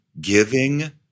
giving